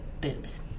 Boobs